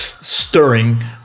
stirring